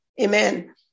Amen